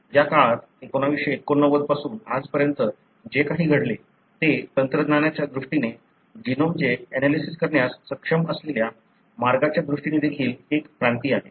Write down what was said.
या काळात 1989 पासून आजपर्यंत जे काही घडले ते तंत्रज्ञानाच्या दृष्टीने जीनोमचे एनालिसिस करण्यास सक्षम असलेल्या मार्गांच्या दृष्टीने देखील एक क्रांती आहे